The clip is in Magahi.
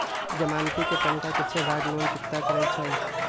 जमानती कें तनका कुछे भाग लोन चुक्ता करै छइ